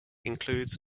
includes